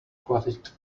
quite